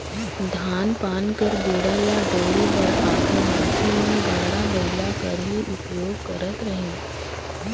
धान पान कर बीड़ा ल डोहे बर आघु मइनसे मन गाड़ा बइला कर ही उपियोग करत रहिन